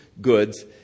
goods